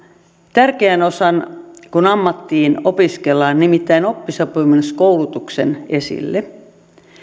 tärkeän osan kun ammattiin opiskellaan nimittäin oppisopimuskoulutuksen